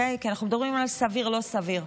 כי אנחנו מדברים על סביר ולא סביר.